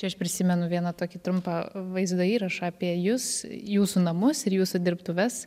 čia aš prisimenu vieną tokį trumpą vaizdo įrašą apie jus jūsų namus ir jūsų dirbtuves